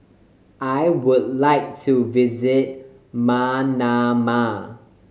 I would like to visit Manama